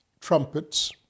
trumpets